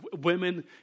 women